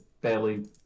barely